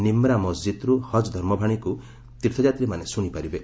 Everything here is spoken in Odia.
ନିମ୍ରା ମସ୍ଜିଦ୍ରୁ ହଜ୍ ଧର୍ମବାଣୀକୁ ତୀର୍ଥଯାତ୍ରୀମାନେ ଶୁଣି ପାରିବେ